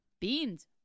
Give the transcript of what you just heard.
beans